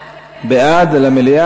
בעד זה, בעד זה למליאה,